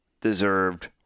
deserved